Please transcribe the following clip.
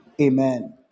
Amen